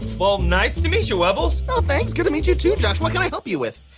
well, nice to meet you, webbles. well thanks, good to meet you too, josh. what can i help you with?